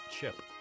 chip